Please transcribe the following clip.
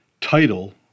title